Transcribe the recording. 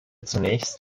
zunächst